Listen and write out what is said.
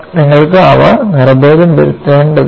നിങ്ങൾക്ക് അവ നിറഭേദം വരുത്തേണ്ടതില്ല